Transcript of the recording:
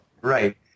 Right